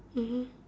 mmhmm